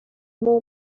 more